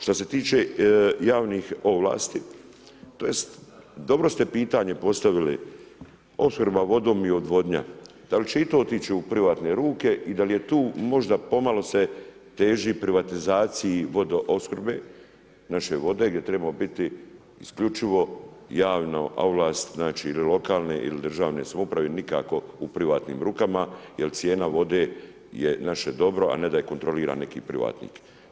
Što se tiče javnih ovlasti, tj. dobro ste pitanje postavili, opskrba vodom i odvodnja, da li će i to ići u privatne ruke i da li je tu možda pomalo se teži privatizaciji vodoopskrbe naše vode gdje bi trebao biti isključivo javna ovlast, znači ili lokalne ili državne samouprave i nikako u privatnim rukama, jer cijena vode je naše dobro, a ne da je kontrolira neki privatnik.